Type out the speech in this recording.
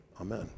Amen